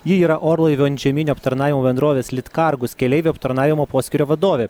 ji yra orlaivių antžeminio aptarnavimo bendrovės litkargus keleivių aptarnavimo poskyrio vadovė